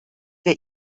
wir